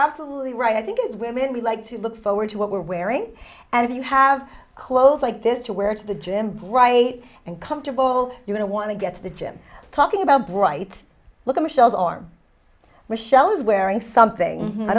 absolutely right i think is when we like to look forward to what we're wearing and if you have clothes like this to wear to the gym right and comfortable you don't want to get to the gym talking about bright look at michelle's arm michelle is wearing something i